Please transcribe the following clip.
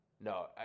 No